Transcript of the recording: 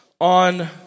on